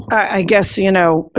i guess, you know, ah